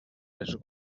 les